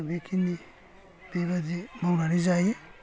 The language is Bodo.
दा बेखिनि बिबादि मावनानै जायो